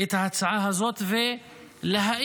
את ההצעה הזאת ולהעיר